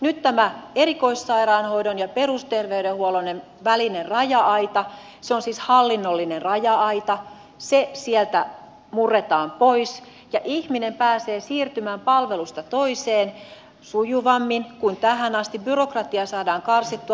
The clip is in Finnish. nyt tämä erikoissairaanhoidon ja perusterveydenhuollon välinen raja aita se on siis hallinnollinen raja aita sieltä murretaan pois ja ihminen pääsee siirtymään palvelusta toiseen sujuvammin kuin tähän asti byrokratiaa saadaan karsittua